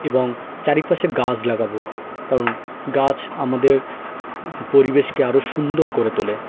এবং চারিপাশে গাছ লাগাবো কারণ গাছ আমাদের পরিবেশকে আরও সুন্দর করে তোলে